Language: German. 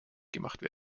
gemacht